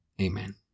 Amen